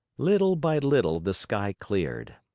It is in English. little by little the sky cleared.